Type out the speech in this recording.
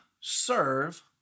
serve